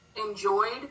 enjoyed